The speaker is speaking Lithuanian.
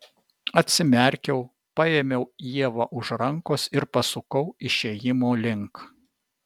atsimerkiau paėmiau ievą už rankos ir pasukau išėjimo link